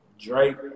Drake